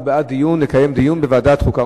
הוא בעד דיון בוועדת חוקה,